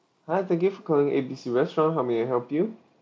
hi thank you for calling A B C restaurant how may I help you